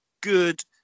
good